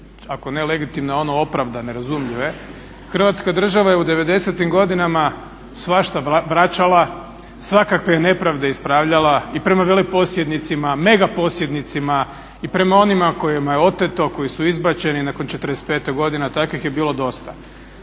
ako ne legitimne ono opravdane, razumljive. Hrvatska država je u '90.-im godinama svašta vraćala, svakakve je nepravde ispravljala i prema veleposjednicima, megaposjednicima i prema onima kojima je oteto, koji su izbačeni nakon 45 godina, takvih je bilo dosta.